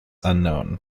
unknown